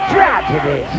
Tragedy